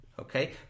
Okay